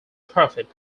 profit